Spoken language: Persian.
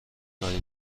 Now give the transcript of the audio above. کاری